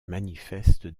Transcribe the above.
manifeste